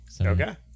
Okay